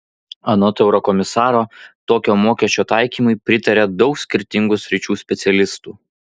anot eurokomisaro tokio mokesčio taikymui pritaria daug skirtingų sričių specialistų